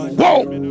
Whoa